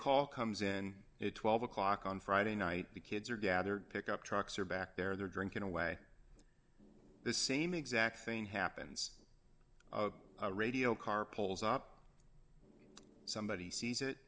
call comes in it twelve o'clock on friday night the kids are gathered pick up trucks are back there they're drinking away the same exact thing happens a radio car pulls up somebody sees it